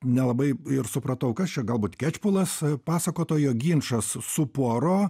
nelabai ir supratau kas čia galbūt kečpulas pasakotojo ginčas su puaro